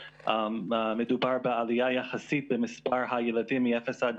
מדובר בעלייה יחסית במספר הילדים מאפס עד